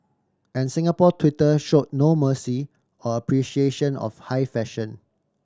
and Singapore Twitter show no mercy or appreciation of high fashion